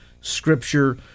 Scripture